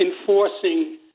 enforcing